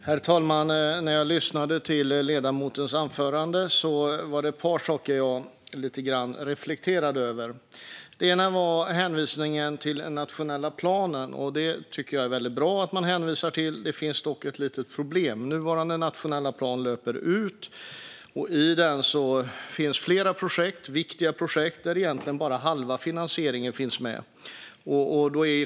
Herr talman! När jag lyssnade till ledamotens anförande var det ett par saker som jag reflekterade lite grann över. Det ena var hänvisningen till den nationella planen. Jag tycker att det är väldigt bra att man hänvisar till den. Det finns dock ett litet problem. Nuvarande nationella plan löper ut, och i den finns flera viktiga projekt där egentligen bara halva finansieringen finns med.